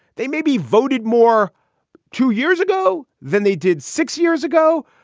they may be voted more two years ago than they did six years ago,